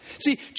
See